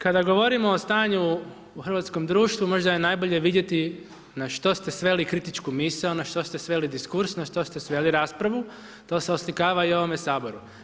Kada govorimo o stanju u hrvatskom društvu, možda je najbolje vidjeti na što ste sveli kritičku misao, na što ste sveli diskurs, na što ste sveli raspravi, to se oslikava i u ovome Saboru.